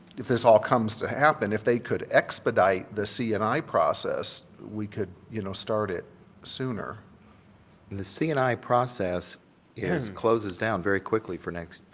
if this all comes to happen, if they could expedite the c and i process, we could, you know, start it sooner, and the c and i process closes down very quickly for next.